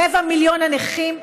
רבע מיליון הנכים,